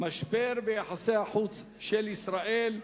משבר ביחסי החוץ של ישראל.